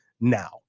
now